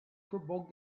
provoked